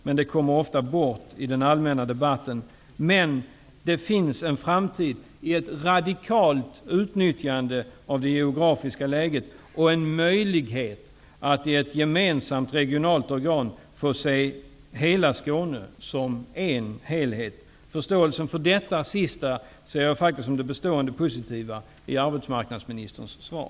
Men det kommer ofta bort i den allmänna debatten. Det finns en framtid i ett radikalt utnyttjande av det geografiska läget och en möjlighet att i ett gemensamt regionalt organ få se hela Skåne som en helhet. Förståelsen för det sista ser jag som det bestående positiva i arbetsmarknadsministerns svar.